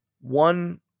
one